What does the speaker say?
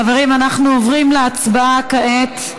חברים, אנחנו עוברים להצבעה כעת.